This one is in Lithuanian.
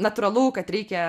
natūralu kad reikia